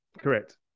Correct